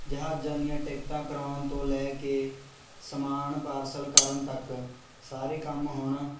ਜਹਾਜਾਂ ਦੀਆਂ ਟਿਕਟਾਂ ਕਰਾਉਣ ਤੋਂ ਲੈ ਕੇ ਸਮਾਨ ਪਾਰਸਲ ਕਰਨ ਤੱਕ ਸਾਰੇ ਕੰਮ ਹੁਣ